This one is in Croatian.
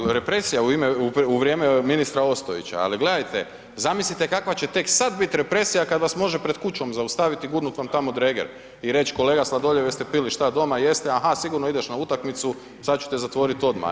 Da, da, represija u vrijeme ministra Ostojića, ali gledajte, zamislite kakva je će tek sada biti represija kada vas može pred kućom zaustaviti i gurnut vam tamo dreger i reć kolega Sladoljev jeste pili šta doma, jeste, aha, sigurno ideš na utakmicu sada ću te zatvoriti odmah.